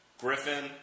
Griffin